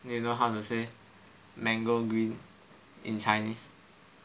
you know how to say mango green in Chinese